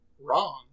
wrong